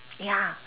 ya